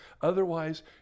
Otherwise